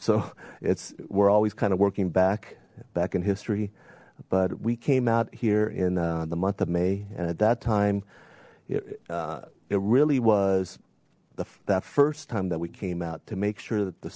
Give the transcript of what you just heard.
so it's we're always kind of working back back in history but we came out here in the month of may and at that time it really was the first time that we came out to make sure that the